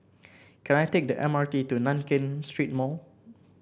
can I take the M R T to Nankin Street Mall